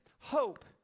Hope